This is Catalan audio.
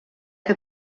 que